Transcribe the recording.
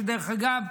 שדרך אגב,